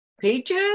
peaches